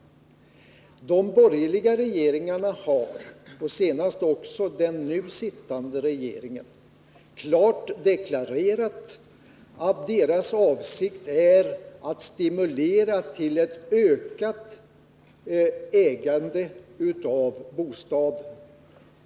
De borgerliga regeringarna, och senast också den nu sittande regeringen, har klart deklarerat att deras avsikt är att stimulera till ett ökat ägande av bostaden.